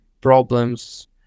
problems